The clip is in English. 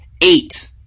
Eight